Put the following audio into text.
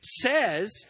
says